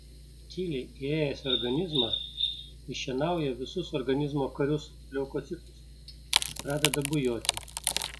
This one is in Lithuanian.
tyliai įėjęs į organizmą iššienauja visus organizmo karius leukocitus ir pradeda bujoti